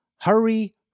Hurry